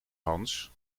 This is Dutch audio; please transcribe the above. hans